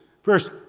First